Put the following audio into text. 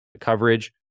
coverage